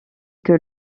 que